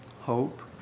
hope